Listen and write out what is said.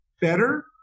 better